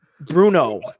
bruno